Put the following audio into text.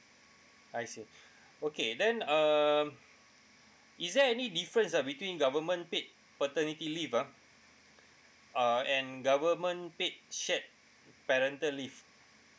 I see okay then um is there any difference uh between government paid paternity leave ah uh and government paid shared parental leave